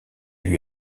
lui